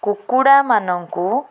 କୁକୁଡ଼ାମାନଙ୍କୁ